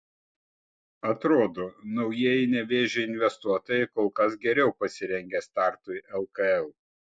atrodo naujieji nevėžio investuotojai kol kas geriau pasirengę startui lkl